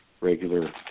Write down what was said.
regular